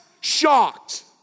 shocked